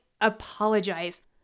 apologize